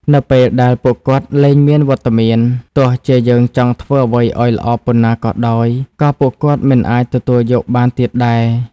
នៅពេលដែលពួកគាត់លែងមានវត្តមាន ទោះជាយើងចង់ធ្វើអ្វីឲ្យល្អប៉ុណ្ណាក៏ដោយ ក៏ពួកគាត់មិនអាចទទួលយកបានទៀតដែរ។